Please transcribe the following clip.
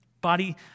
body